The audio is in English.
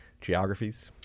geographies